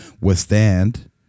withstand